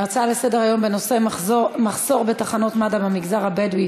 ההצעה לסדר-היום בנושא: מחסור בתחנות מד"א במגזר הבדואי